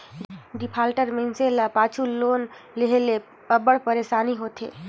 defaulter मइनसे ल पाछू लोन लेहे ले अब्बड़ पइरसानी होथे